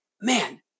man